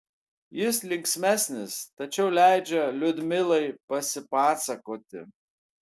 jis linksmesnis tačiau leidžia liudmilai pasipasakoti